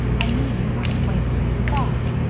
i mean, you wouldn't waste any cloth.